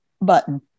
button